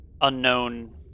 unknown